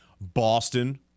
Boston